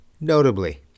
Notably